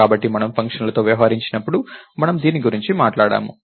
కాబట్టి మనము ఫంక్షన్లతో వ్యవహరించినప్పుడు మనము దీని గురించి మాట్లాడాము